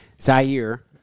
Zaire